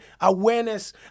awareness